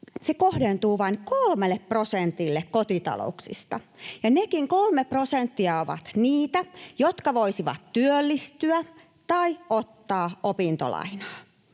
kohdentuvat vain kolmelle prosentille kotitalouksista. Ja nekin kolme prosenttia ovat niitä, jotka voisivat työllistyä tai ottaa opintolainaa.